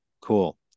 Cool